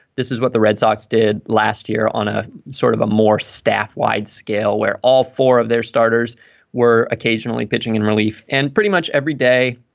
this is what the red sox did last year on a sort of a more staff wide scale where all four of their starters were occasionally pitching in relief and pretty much every day.